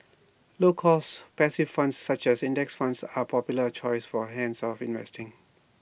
low cost passive funds such as index funds are popular choice for hands off investing